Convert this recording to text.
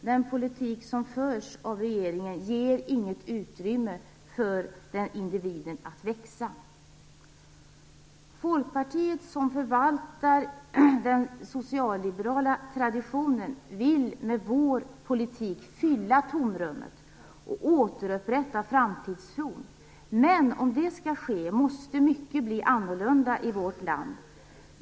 Den politik som förs av regeringen ger inget utrymme för individen att växa. Vi i Folkpartiet, som förvaltar den socialliberala traditionen, vill med vår politik fylla tomrummet och återupprätta framtidstron. Men om det skall ske måste mycket bli annorlunda i vårt land.